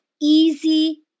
easy